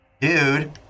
Dude